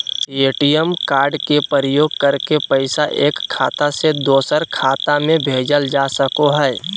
ATM card के प्रयोग करके पैसा एक खाता से दोसर खाता में भेजल जा सको हय